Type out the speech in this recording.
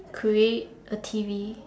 create a T_V